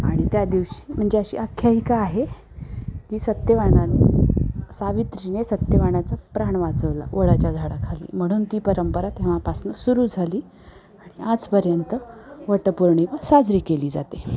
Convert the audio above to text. आणि त्या दिवशी म्हणजे अशी आख्यायिका आहे की सत्यवानाने सावित्रीने सत्यवानाचं प्राण वाचवलं वडाच्या झाडाखाली म्हणून ती परंपरा तेव्हापासून सुरू झाली आणि आजपर्यंत वटपौर्णिमा साजरी केली जाते